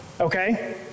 Okay